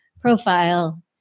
profile